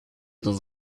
dans